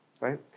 right